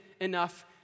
enough